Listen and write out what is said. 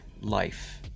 life